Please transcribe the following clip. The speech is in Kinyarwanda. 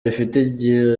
rifite